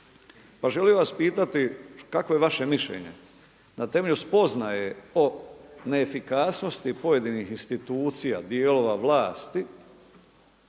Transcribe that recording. Pa želim vas pitati, kakvo je vaše mišljenje na temelju spoznaje o neefikasnosti pojedinih institucija, dijelova vlasti,